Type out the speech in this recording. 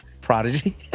Prodigy